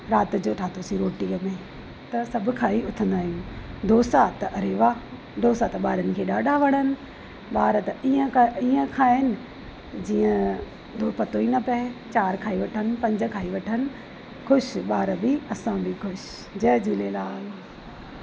राति जो ठाहियोसीं रोटीअ में त सभु खाई उथंदा आहियूं ढोसा त अरे वाह ढोसा त ॿारनि खे ॾाढा वणनि ॿार त ईअं का ईअं खाइनि जीअं पतो ई न पए चारि खाई वठनि पंज खाई वठनि ख़ुशि ॿार बि असां बि ख़ुशि जय झूलेलाल